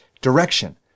direction